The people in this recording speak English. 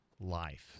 Life